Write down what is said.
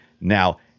Now